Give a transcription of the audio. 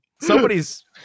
somebody's